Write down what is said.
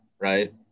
Right